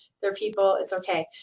they're people. it's okay,